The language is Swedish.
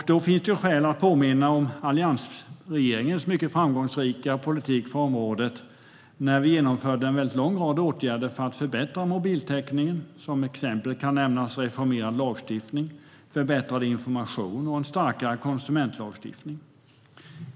Då finns det skäl att påminna om alliansregeringens mycket framgångsrika politik på området, när vi genomförde en lång rad åtgärder för att förbättra mobiltäckningen. Som exempel kan nämnas en reformerad lagstiftning, förbättrad information och en starkare konsumentlagstiftning.